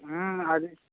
అది